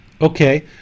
Okay